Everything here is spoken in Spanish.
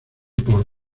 por